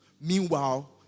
Meanwhile